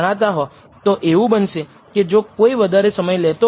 18 બદલાશે